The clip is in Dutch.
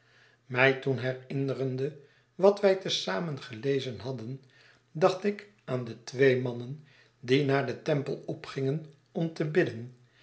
mij toen herinnerende wat wij te zamen gelezen hadden dacht ik aan de twee mannen die naar den tempel opgingen om te bidden